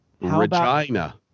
Regina